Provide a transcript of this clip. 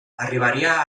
arribaria